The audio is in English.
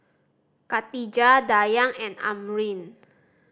Khatijah Dayang and Amrin